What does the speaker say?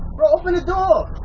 bro open the door.